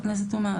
חברת הכנסת תומא.